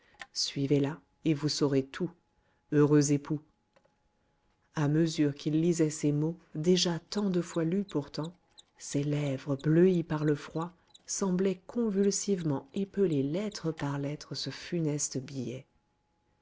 suivez la et vous saurez tout heureux époux à mesure qu'il lisait ces mots déjà tant de fois lus pourtant ses lèvres bleuies par le froid semblaient convulsivement épeler lettre par lettre ce funeste